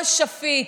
הכול שפיט.